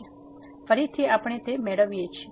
તેથી ફરીથી આપણે મેળવીએ છીએ